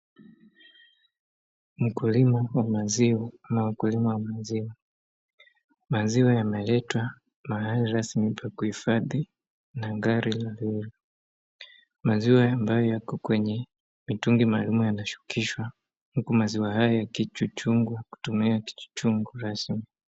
Wakulima wa maziwa, ama mkulima wa maziwa, maziwa yameletwa mahali pa kuhifadhi na gari ama lori, maziwa ambayo yako kwenye mitungi maalumu yanashukishwa huku maziwa haya yakichungwa kutumia kichungi rasmi.